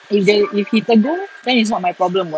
if they if he tegur then it's not my problem [what]